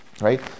right